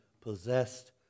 possessed